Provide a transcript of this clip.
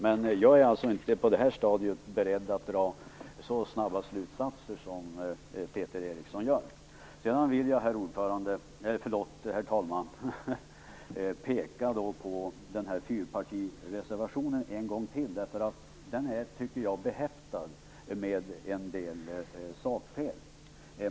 Men jag är på detta stadium inte beredd att dra så snabba slutsatser som Peter Eriksson gör. Herr talman! Jag vill peka på den här fyrpartireservationen en gång till. Jag tycker att den är behäftad med en del sakfel.